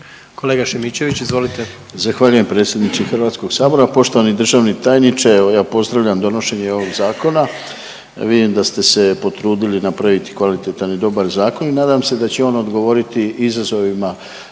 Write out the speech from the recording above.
**Šimičević, Rade (HDZ)** Zahvaljujem predsjedniče Hrvatskog sabora, poštovani državni tajniče. Evo ja pozdravljam donošenje i ovog zakona. Vidim da ste se potrudili napraviti kvalitetan i dobar zakon i nadam se da će on odgovoriti izazovima